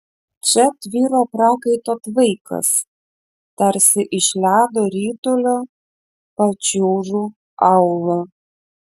čia tvyro prakaito tvaikas tarsi iš ledo ritulio pačiūžų aulo